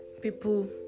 people